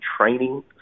training